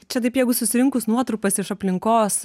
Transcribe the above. čia taip jeigu susirinkus nuotrupas iš aplinkos